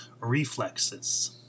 reflexes